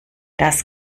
das